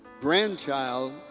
grandchild